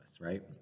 right